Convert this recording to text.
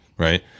Right